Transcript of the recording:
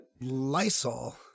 Lysol